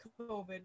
COVID